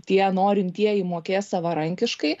tie norintieji mokės savarankiškai